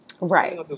Right